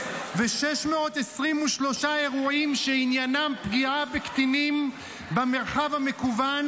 28,623 אירועים שעניינם פגיעה בקטינים במרחב המקוון